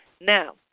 Now